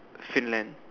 Finland